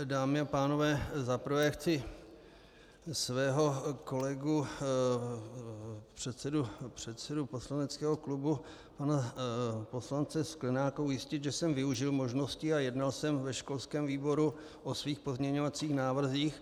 Dámy a pánové, za prvé chci svého kolegu předsedu poslaneckého klubu pana poslance Sklenáka ujistit, že jsem využil možností a jednal jsem ve školském výboru o svých pozměňovacích návrzích.